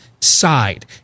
side